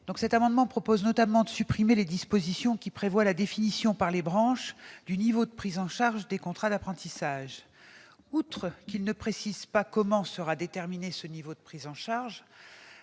Votre amendement vise notamment à supprimer les dispositions prévoyant la définition par les branches du niveau de prise en charge des contrats d'apprentissage. Outre qu'il ne précise pas comment sera déterminé ce niveau de prise en charge,